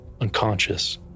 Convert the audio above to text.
unconscious